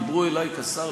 דיברו אלי כשר,